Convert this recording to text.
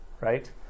right